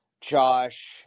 Josh